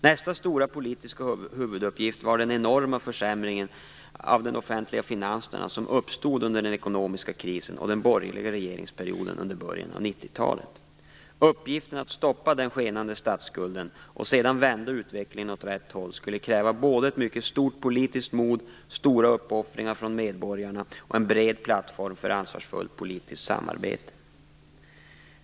Nästa stora politiska huvuduppgift var den enorma försämringen av de offentliga finanserna som uppstod under den ekonomiska krisen och den borgerliga regeringsperioden under början av 1990-talet. Uppgiften att stoppa den skenande statsskulden och sedan vända utvecklingen åt rätt håll skulle kräva både ett mycket stort politiskt mod, stora uppoffringar från medborgarna och en bred plattform för ansvarsfullt politiskt samarbete.